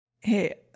Hey